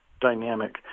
dynamic